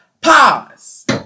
Pause